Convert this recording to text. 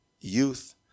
youth